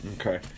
okay